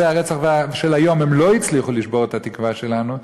הרצח של היום הם לא הצליחו לשבור את התקווה שלנו.